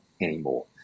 anymore